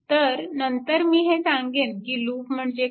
तर नंतर मी हे सांगेन की लूप म्हणजे काय